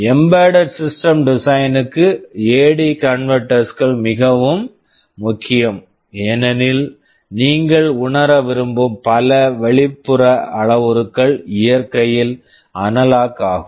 embedded system design embedded system design க்கு AD converters AD converters கள் மிகவும் முக்கியம் ஏனெனில் நீங்கள் உணர விரும்பும் பல வெளிப்புற அளவுருக்கள் இயற்கையில் அனலாக் analog ஆகும்